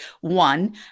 one